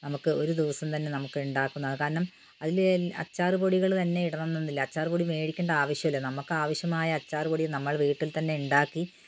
നമുക്ക് ഒരു ദിവസം തന്നെ നമുക്ക് ഉണ്ടാക്കാനാകും കാരണം അതിൽ അച്ചാർ പൊടികൾ തന്നെ ഇടണം എന്നൊന്നുമില്ല അച്ചാർപൊടി മേടിക്കണ്ട ആവശ്യമില്ല നമുക്ക് ആവശ്യമായ അച്ചാർ പൊടികൾ വീട്ടിൽ തന്നെ ഉണ്ടാക്കി